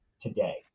today